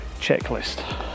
checklist